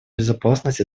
безопасность